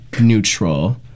neutral